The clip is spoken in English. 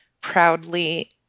proudly